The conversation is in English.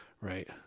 right